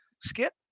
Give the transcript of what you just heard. skit